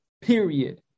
period